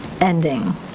ending